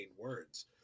words